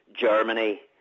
Germany